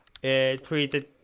created